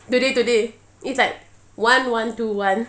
today today it's like one one two one